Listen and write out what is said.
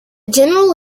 general